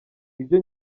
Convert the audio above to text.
ibyo